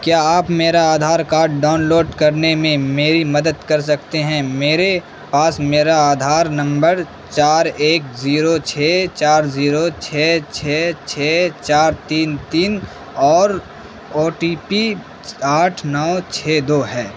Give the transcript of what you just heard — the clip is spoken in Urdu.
کیا آپ میرا آدھار کارڈ ڈاؤن لوڈ کرنے میں میری مدد کر سکتے ہیں میرے پاس میرا آدھار نمبر چار ایک زیرو چھ چار زیرو چھ چھ چھ چار تین تین اور او ٹی پی آٹھ نو چھ دو ہے